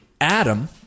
Adam